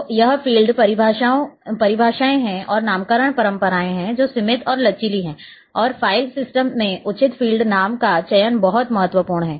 तो यह फ़ील्ड परिभाषाएँ हैं और नामकरण परंपराएँ हैं जो सीमित और लचीली हैं और फ़ाइल सिस्टम में उचित फ़ील्ड नाम का चयन बहुत महत्वपूर्ण है